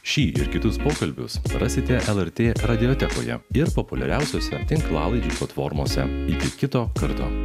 šį ir kitus pokalbius rasite lrt radiotekoje ir populiariausiose tinklalaidžių platformose iki kito karto